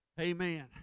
Amen